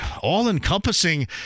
all-encompassing